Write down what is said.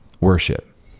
worship